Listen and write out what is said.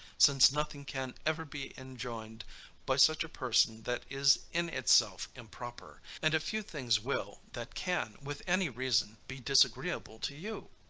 since nothing can ever be enjoined by such a person that is in itself improper, and a few things will, that can, with any reason, be disagreeable to you.